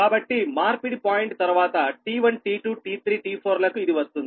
కాబట్టి మార్పిడి పాయింట్ తర్వాత T1 T2 T3 T4 లకు ఇది వస్తుంది